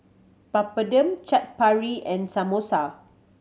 Papadum Chaat Papri and Samosa